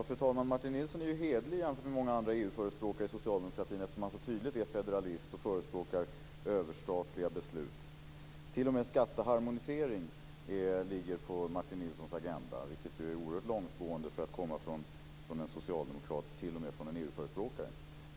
Fru talman! Martin Nilsson är ju hederlig jämfört med många andra EU-förespråkare inom socialdemokratin eftersom han så tydligt är federalist och förespråkar överstatliga beslut. T.o.m. skatteharmonisering ligger på Martin Nilssons agenda. Det är ju oerhört långtgående för att komma från en socialdemokrat, t.o.m. från en EU-förespråkare.